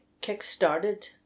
kick-started